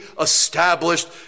established